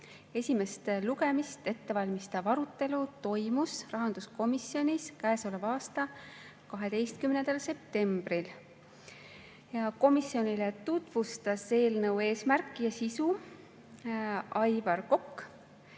esimest lugemist ettevalmistav arutelu toimus rahanduskomisjonis käesoleva aasta 12. septembril. Komisjonile tutvustas eelnõu eesmärki ja sisu Aivar Kokk,